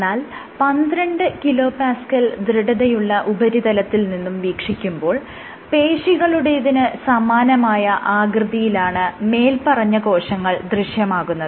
എന്നാൽ 12kPa ദൃഢതയുള്ള ഉപരിതലത്തിൽ നിന്നും വീക്ഷിക്കുമ്പോൾ പേശികളുടേതിന് സമാനമായ ആകൃതിയിലാണ് മേല്പറഞ്ഞ കോശങ്ങൾ ദൃശ്യമാകുന്നത്